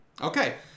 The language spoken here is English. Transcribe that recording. Okay